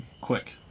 quick